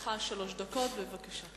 לרשותך שלוש דקות, בבקשה.